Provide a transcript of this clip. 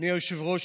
אדוני היושב-ראש,